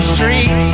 Street